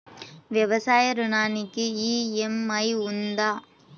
వ్యవసాయ ఋణానికి ఈ.ఎం.ఐ ఉందా?